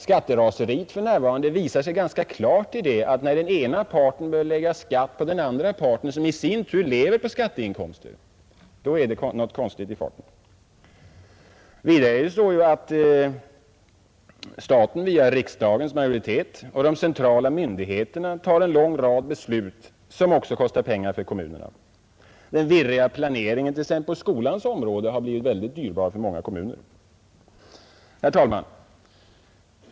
Skatteraseriet visar sig för närvarande ganska klart genom att den ena parten börjar lägga skatt på den andra parten, som i sin tur lever på skatteinkomster. Det är onekligen ett konstigt förhållande. Staten fattar vidare via riksdagens majoritet och via de centrala myndigheterna en lång rad beslut, som kostar pengar för kommunerna. Den virriga planeringen på t.ex. skolans område har blivit mycket dyrbar för många kommuner. Herr talman!